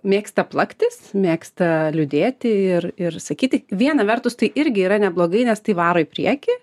mėgsta plaktis mėgsta liūdėti ir ir sakyti viena vertus tai irgi yra neblogai nes tai varo į priekį